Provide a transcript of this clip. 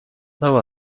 though